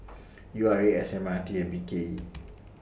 U R A S M R T and B K E